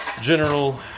general